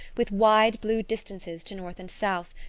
with wide blue distances to north and south,